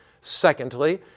Secondly